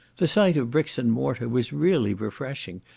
the sight of bricks and mortar was really refreshing,